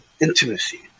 intimacy